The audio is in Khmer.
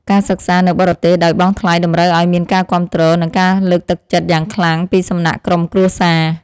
ការសិក្សានៅបរទេសដោយបង់ថ្លៃតម្រូវឱ្យមានការគាំទ្រនិងការលើកទឹកចិត្តយ៉ាងខ្លាំងពីសំណាក់ក្រុមគ្រួសារ។